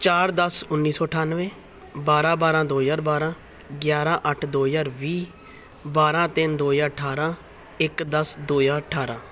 ਚਾਰ ਦਸ ਉੱਨੀ ਸੌ ਅਠਾਨਵੇਂ ਬਾਰਾਂ ਬਾਰਾਂ ਦੋ ਹਜ਼ਾਰ ਬਾਰਾਂ ਗਿਆਰਾਂ ਅੱਠ ਦੋ ਹਜ਼ਾਰ ਵੀਹ ਬਾਰਾਂ ਤਿੰਨ ਦੋ ਹਜ਼ਾਰ ਅਠਾਰਾਂ ਇਕ ਦਸ ਦੋ ਹਜ਼ਾਰ ਅਠਾਰਾਂ